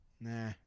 nah